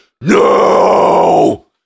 No